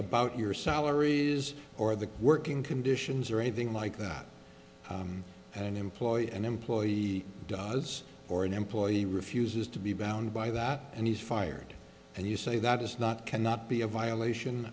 your salary or the working conditions or anything like that an employer and employee or an employee refuses to be bound by that and he's fired and you say that is not cannot be a violation